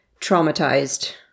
traumatized